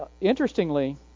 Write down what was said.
interestingly